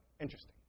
Interesting